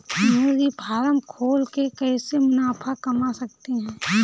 मुर्गी फार्म खोल के कैसे मुनाफा कमा सकते हैं?